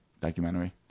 documentary